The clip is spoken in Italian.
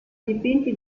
dipinti